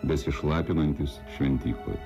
besišlapinantis šventykloje